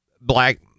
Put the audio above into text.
black